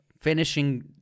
finishing